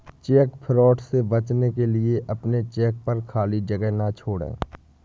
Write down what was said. check fraud से बचने के लिए अपने चेक पर खाली जगह ना छोड़ें